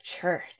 church